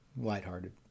lighthearted